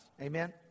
Amen